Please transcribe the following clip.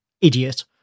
idiot